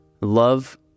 love